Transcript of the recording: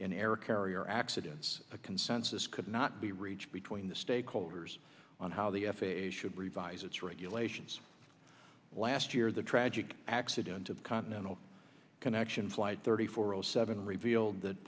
in air carrier accidents a consensus could not be reached between the stakeholders on how the f a a should revise its regulations last year the tragic accident of continental connection flight thirty four o seven revealed th